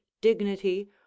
dignity